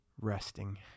resting